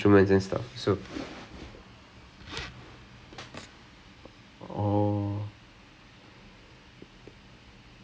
she she's apparently a really talented keyboardist போல இருக்கு:pola irukku with her singing அதை கேட்டவொடனே:athai kaetavodane I had one sigh of relief I was like yes